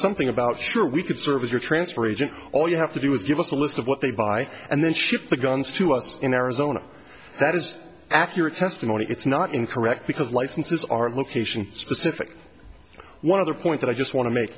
something about sure we could serve as your transfer agent all you have to do is give us a list of what they buy and then ship the guns to us in arizona that is accurate testimony it's not incorrect because licenses are location specific one other point that i just want to make